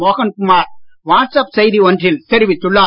Mohankumar WhatsApp செய்தி ஒன்றில் தெரிவித்துள்ளார்